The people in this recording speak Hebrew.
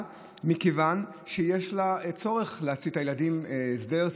מכיוון שיש לה צורך למצוא לילדים סידור,